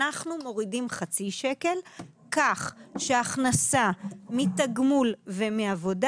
אנחנו מורידים חצי שקל כך שהכנסה מתגמול ומעבודה